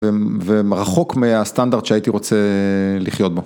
ורחוק מהסטנדרט שהייתי רוצה לחיות בו.